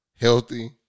healthy